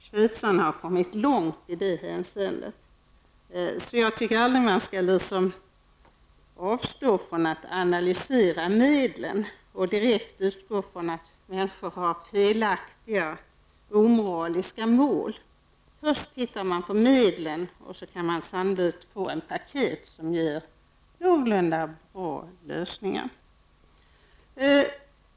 Schweitzarna har kommit långt i det hänseendet. Man skall aldrig avstå från att analysera medlen och direkt utgå från att människor har felaktiga, omoraliska mål. Först skall man se på medlen och därefter skapa paket som ger någorlunda bra lösningar.